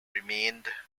remained